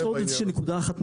יש עוד נקודה אחת,